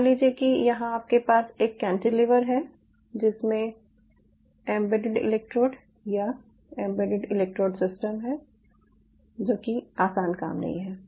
मान लीजिये कि यहां आपके पास एक कैंटिलीवर है जिसमें एम्बेडेड इलेक्ट्रोड या एम्बेडेड इलेक्ट्रोड सिस्टम हैं जो कि आसान काम नहीं हैं